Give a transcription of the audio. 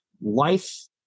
Life